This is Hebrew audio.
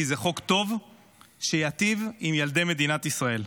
כי זה חוק טוב שייטיב עם ילדי מדינת ישראל.